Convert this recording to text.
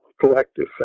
collective